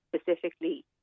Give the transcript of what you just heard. specifically